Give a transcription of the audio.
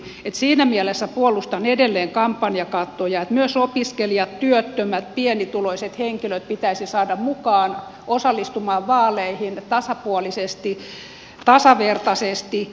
siinä mielessä puolustan edelleen kampanjakattoja että myös opiskelijat työttömät pienituloiset henkilöt pitäisi saada mukaan osallistumaan vaaleihin tasapuolisesti tasavertaisesti